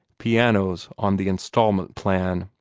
pianos on the instalment plan.